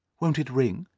won't it ring?